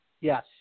Yes